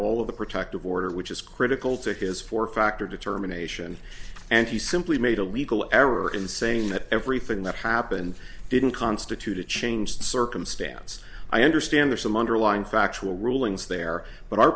all of the protective order which is critical to his four factor determination and he simply made a legal error in saying that everything that happened didn't constitute a change circumstance i understand there's some underlying factual rulings there but our